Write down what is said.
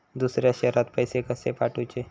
दुसऱ्या शहरात पैसे कसे पाठवूचे?